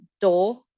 door